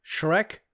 Shrek